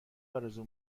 آرزو